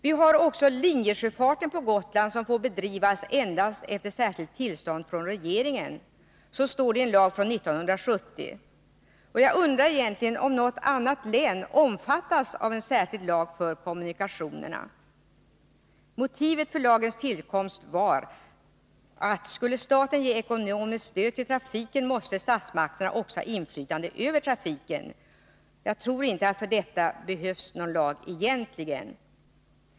Vi har också linjesjöfarten på Gotland, som får bedrivas endast efter särskilt tillstånd från regeringen. Så står det i en lag från 1970. Jag undrar egentligen om något annat län omfattas av en särskild lag för kommunikationerna. Motivet för lagens tillkomst var att om staten skulle ge ekonomiskt stöd till trafiken, så måste statsmakterna också ha inflytande över trafiken. Jag tror att det för detta egentligen inte behövs någon lag.